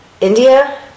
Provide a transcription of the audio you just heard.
India